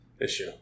issue